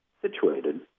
situated